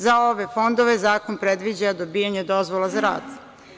Za ove fondove zakon predviđa dobijanje dozvola za rad.